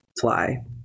fly